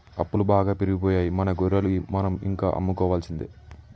అప్పులు బాగా పెరిగిపోయాయి మన గొర్రెలు మనం ఇంకా అమ్ముకోవాల్సిందే